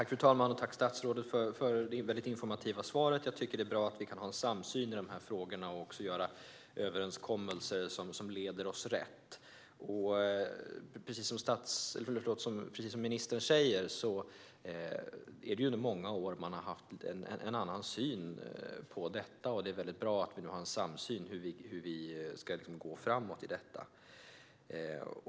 Fru talman! Tack, statsrådet, för det informativa svaret! Jag tycker att det är bra att vi kan ha en samsyn i de här frågorna och att vi kan träffa överenskommelser som leder oss rätt. Precis som ministern säger har man under många år haft en annan syn på detta. Det är bra att vi nu har en samsyn om hur vi ska framåt.